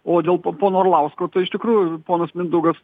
o dėl po pono arlausko tai iš tikrųjų ponas mindaugas